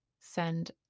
send